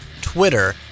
Twitter